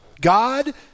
God